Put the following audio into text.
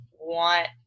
want